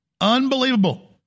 Unbelievable